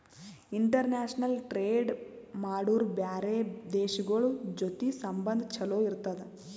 international trade ಮಾಡುರ್ ಬ್ಯಾರೆ ದೇಶಗೋಳ್ ಜೊತಿ ಸಂಬಂಧ ಛಲೋ ಇರ್ತುದ್